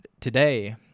today